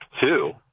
two